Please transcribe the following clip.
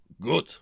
Good